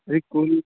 అది కూల్